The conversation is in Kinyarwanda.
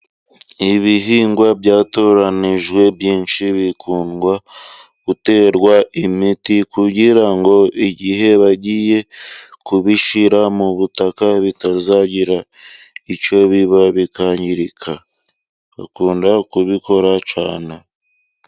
Ibihingwa byatoranijwe byinshi bikundwa guterwa imiti kugira ngo igihe bagiye kubishyira mu butaka, bitazagira icyo biba bikangirika bakunda kubikora cyane.